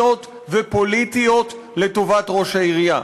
קואליציוניות ופוליטיות לטובת ראש העירייה.